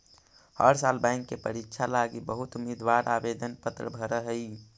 हर साल बैंक के परीक्षा लागी बहुत उम्मीदवार आवेदन पत्र भर हई